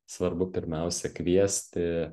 svarbu pirmiausia kviesti